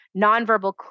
nonverbal